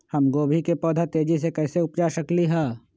हम गोभी के पौधा तेजी से कैसे उपजा सकली ह?